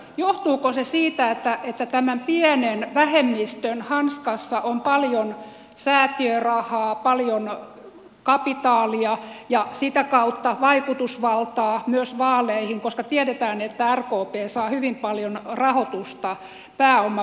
johtuuko se siitä että tämän pienen vähemmistön hanskassa on paljon säätiörahaa paljon kapitaalia ja sitä kautta vaikutusvaltaa myös vaaleihin koska tiedetään että rkp saa hyvin paljon rahoitusta pääomapiireiltä